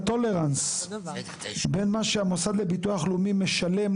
הטולרנס בין מה שהביטוח לאומי משלם,